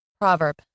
Proverb